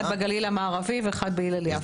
אחד בגליל המערבי ואחד ב"הלל יפה".